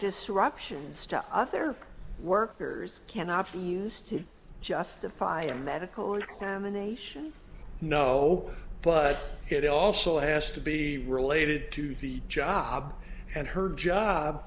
disruptions to other workers cannot be used to justify a medical examination no but it also asked to be related to the job and her job